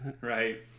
Right